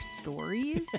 stories